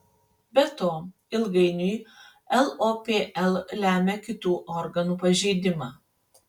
be to ilgainiui lopl lemia kitų organų pažeidimą